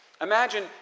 Imagine